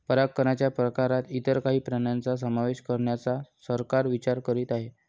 परागकणच्या प्रकारात इतर काही प्राण्यांचा समावेश करण्याचा सरकार विचार करीत आहे